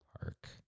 Park